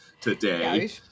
today